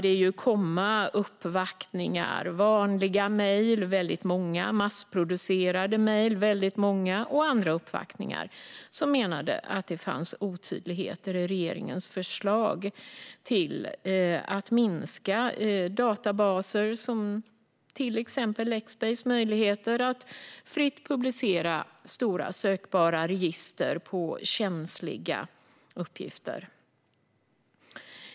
Det har kommit uppvaktningar, vanliga mejl, många massproducerade mejl och andra former av uppvaktningar från personer som menade att det fanns otydligheter i regeringens förslag när det gällde att minska möjligheterna för databaser som Lexbase att fritt publicera stora, sökbara register över känsliga uppgifter.